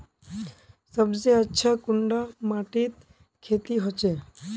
सबसे अच्छा कुंडा माटित खेती होचे?